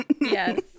Yes